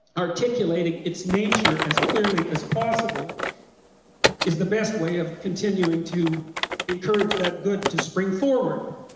articulating its nature as clearly as possible is the best way of continuing to encourage that good to spring forward